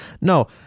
No